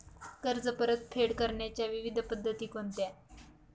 कर्ज परतफेड करण्याच्या विविध पद्धती कोणत्या?